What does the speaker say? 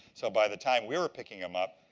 so by the time we were picking them up,